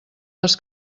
les